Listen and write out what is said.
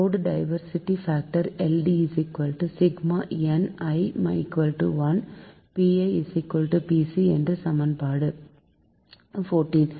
load diversity factor LD i1npi pcஇது சமன்பாடு 14